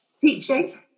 Teaching